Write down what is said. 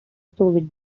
soviet